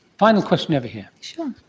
final question over here.